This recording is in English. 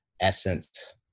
essence